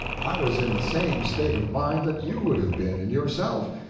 i was in the same state of mind that you would have been in yourself,